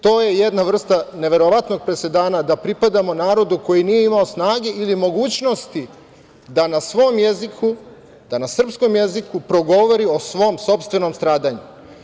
To je jedna vrsta neverovatnog presedana da pripadamo narodu koji nije imao snage ili mogućnosti da na svom jeziku, da na srpskom jeziku progovori o svom sopstvenom stradanju.